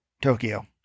Tokyo